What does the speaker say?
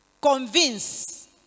convince